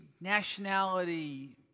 nationality